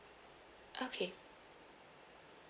okay